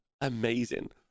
amazing